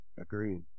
Agreed